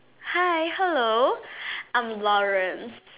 hi hello I'm Lawrence